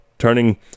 turning